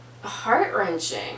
heart-wrenching